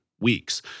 weeks